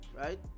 right